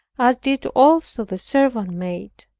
as did also the servant maid,